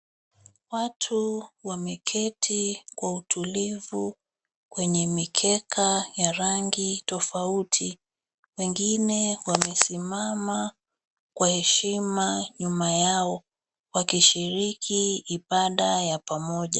Watu wameketi kwa utulivu kwenye mikeka ya rangi tofauti. Wengine wamesimama kwa heshima nyuma yao wakishiriki ibada ya pamoja.